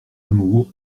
lamour